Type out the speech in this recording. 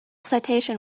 citation